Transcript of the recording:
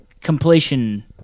completion